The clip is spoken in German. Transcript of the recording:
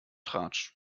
tratsch